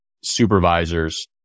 supervisors